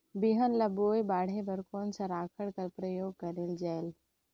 बिहान ल बोये बाढे बर कोन सा राखड कर प्रयोग करले जायेल?